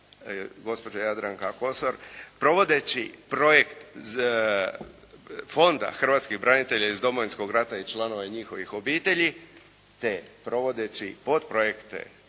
gospođa Jadranka Kosor, provodeći projekt Fonda hrvatskih branitelja iz Domovinskog rata i članova njihovih obitelji te provodeći podprojekte,